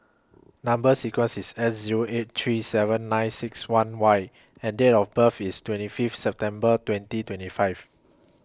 Number sequence IS S Zero eight three seven nine six one Y and Date of birth IS twenty Fifth September twenty twenty five